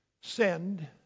send